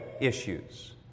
issues